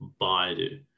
Baidu